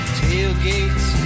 tailgates